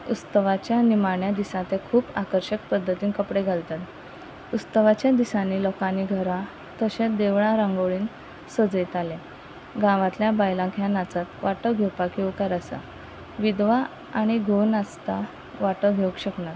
उस्तवाच्या निमाण्या दिसा ते खूब आकर्शक पद्दतीन कपडे घालतात उस्तवाच्या दिसांनी लोकांनी घरां तशेंच देवळां रांगोळी सजयताले गांवांतल्या बायलांक हें नाचांत वांटो घेवपाक येवकार आसा विधवा आनी घो नाचता वाटो घेवंक शकना